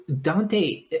Dante